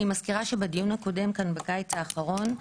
אני מזכירה שבדיון הקודם כאן בקיץ האחרון,